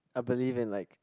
I believe in like